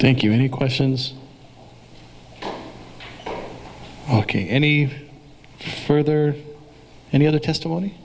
thank you any questions ok any further any other testimony